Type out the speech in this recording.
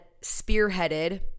spearheaded